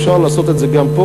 אפשר לעשות את זה גם פה